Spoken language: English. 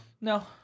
no